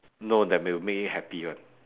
no that will make you happy [one]